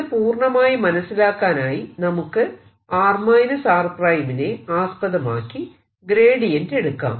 ഇത് പൂർണമായി മനസിലാക്കാനായി നമുക്ക് r r ʹ നെ ആസ്പദമാക്കി ഗ്രേഡിയൻറ് എടുക്കാം